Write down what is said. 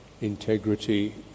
integrity